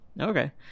Okay